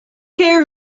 care